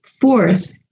Fourth